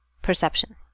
Perception